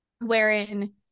wherein